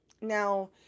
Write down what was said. Now